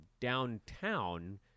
downtown